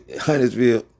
Huntersville